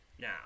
now